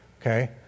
Okay